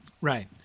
Right